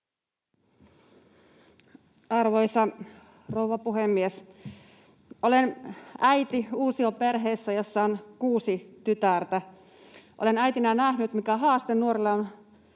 Arvoisa rouva puhemies! Olen äiti uusioperheessä, jossa on kuusi tytärtä. Olen äitinä nähnyt, mikä haaste nuorilla on